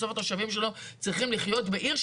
בסוף התושבים שלו צריכים לחיות בעיר,